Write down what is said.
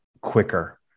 quicker